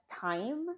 time